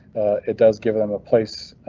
it does give them a place,